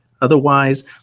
Otherwise